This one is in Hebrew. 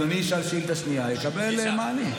אדוני ישאל שאילתה שנייה, יקבל מענה.